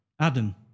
Adam